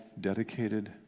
dedicated